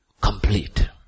complete